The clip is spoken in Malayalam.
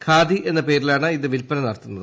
ഖാദി എന്ന പേരിലാണ് ഇത് വിൽപ്പന നടത്തുന്നത്